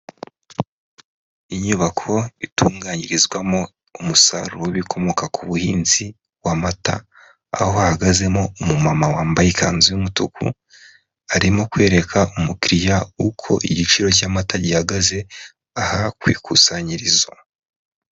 Inyubako itunganyirizwamo umusaruro w'ibikomoka ku buhinzi w'amata aho hahagazemo umumama wambaye ikanzu y'umutuku arimo kwereka umukiriya uko igiciro cy'amata gihagaze aha ku ikusanyirizo.